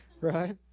Right